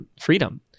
freedom